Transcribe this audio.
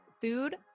food